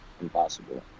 impossible